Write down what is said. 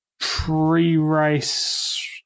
pre-race